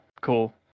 Cool